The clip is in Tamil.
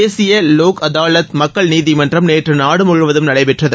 தேசிய லோக் அதாலத் மக்கள் நீதிமன்றம் நேற்று நாடு முழுவதும் நடைபெற்றது